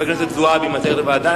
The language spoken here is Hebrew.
חברת הכנסת זועבי מציעה לוועדה.